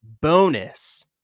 bonus